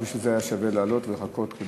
רק בשביל זה היה שווה לחכות ולעלות,